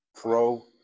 Pro